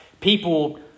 people